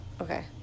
Okay